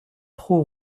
trop